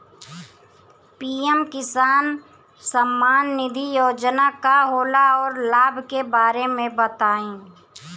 PM किसान सम्मान निधि योजना का होला औरो लाभ के बारे में बताई?